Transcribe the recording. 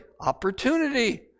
opportunity